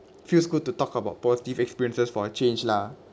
feels good to talk about positive experiences for a change lah